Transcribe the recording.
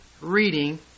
reading